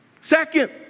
Second